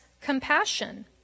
compassion